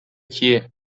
کیه